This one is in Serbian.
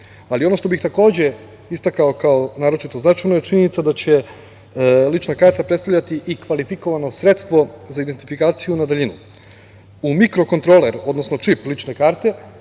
ono što bih istakao kao naročito značajno je činjenica da će lična karta predstavljati i kvalifikovano sredstvo za identifikaciju na daljinu. U mikrokontroler, odnosno čip lične karte